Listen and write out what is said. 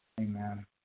Amen